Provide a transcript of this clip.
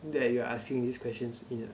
that you are asking these questions you know